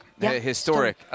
Historic